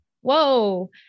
Whoa